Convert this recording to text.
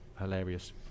hilarious